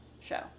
show